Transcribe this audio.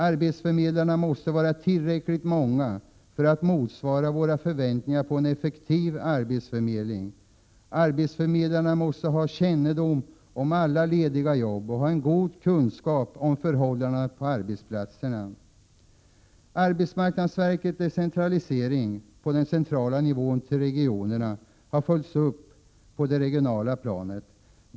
Arbetsförmedlarna måste vara tillräckligt många för att motsvara våra förväntningar på en effektiv arbetsförmedling. Arbetsförmedlarna måste ha kännedom om alla lediga jobb och ha en god kunskap om förhållandena på arbetsplatserna. Arbetsmarknadsverkets decentralisering på den centrala nivån till regioner har följts upp på det regionala planet.